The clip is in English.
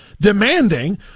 demanding